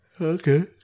Okay